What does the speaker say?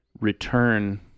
return